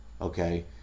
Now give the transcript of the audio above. okay